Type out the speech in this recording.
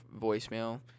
voicemail